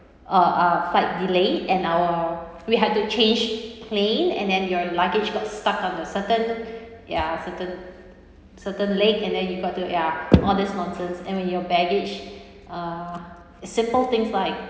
uh ah flight delay and our we had to change plane and then your luggage got stuck on a certain ya certain certain leg and then you've got to ya all this nonsense and with your baggage uh simple things like